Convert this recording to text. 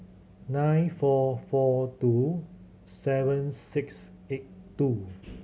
nine four four two seven six eight two